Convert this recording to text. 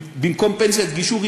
במקום פנסיית גישור,